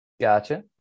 Gotcha